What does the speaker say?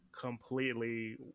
completely